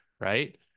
right